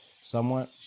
Somewhat